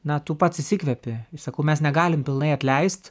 na tu pats išsikvėpi ir sakau mes negalim pilnai atleist